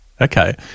Okay